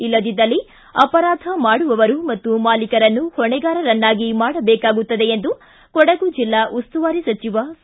ಇಲ್ಲದಿದ್ದಲ್ಲಿ ಅಪರಾಧ ಮಾಡುವವರು ಮತ್ತು ಮಾಲಿಕರನ್ನು ಹೊಣೆಗಾರರನ್ನಾಗಿ ಮಾಡಬೇಕಾಗುತ್ತದೆ ಎಂದು ಕೊಡಗು ಜಿಲ್ಲಾ ಉಸ್ತುವಾರಿ ಸಚಿವ ಸಾ